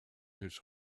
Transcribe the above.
his